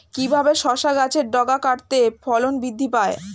কিভাবে শসা গাছের ডগা কাটলে ফলন বৃদ্ধি পায়?